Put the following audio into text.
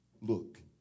look